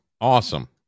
awesome